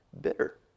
bitter